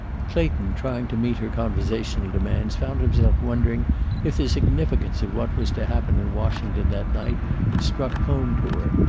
clayton, trying to meet her conversational demands found himself wondering if the significance of what was to happen in washington that night had struck home to her.